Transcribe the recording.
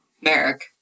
Merrick